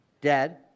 dead